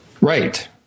right